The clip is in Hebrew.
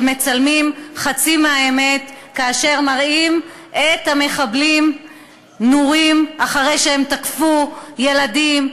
מצלמים חצי מהאמת כאשר מראים את המחבלים נורים אחרי שהם תקפו אנשים,